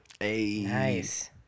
Nice